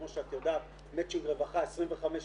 כמו שאת יודעת מצ'ינג רווחה 25-75,